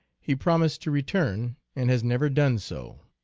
he promised to return, and has never done so.